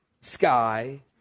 sky